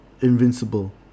Invincible